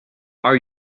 are